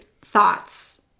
thoughts